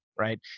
Right